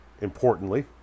importantly